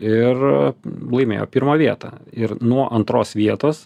ir laimėjo pirmą vietą ir nuo antros vietos